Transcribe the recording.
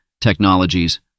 technologies